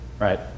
right